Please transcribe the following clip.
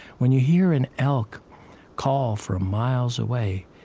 when you hear an elk call from miles away,